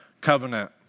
covenant